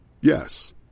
Yes